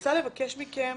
רוצה לבקש מכם